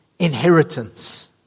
Inheritance